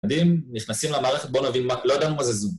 מדהים, נכנסים למערכת בואו נבין מה, לא יודענו מה זה זום